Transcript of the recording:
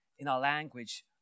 language